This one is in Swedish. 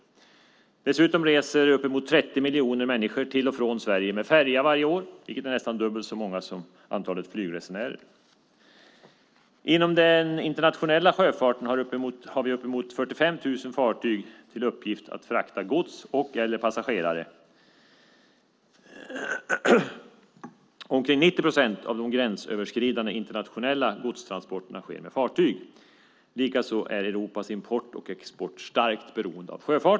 Dessutom reser uppemot 30 miljoner människor till och från Sverige med färja varje år, vilket är nästan dubbelt så många som antalet flygresenärer. Inom den internationella sjöfarten har uppemot 45 000 fartyg till uppgift att frakta gods och/eller passagerare. Omkring 90 procent av de gränsöverskridande internationella godstransporterna sker med fartyg. Likaså är Europas import och export starkt beroende av sjöfarten.